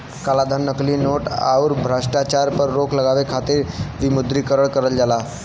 कालाधन, नकली नोट, आउर भ्रष्टाचार पर रोक लगावे खातिर विमुद्रीकरण करल जाला